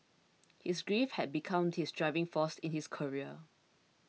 his grief had become his driving force in his career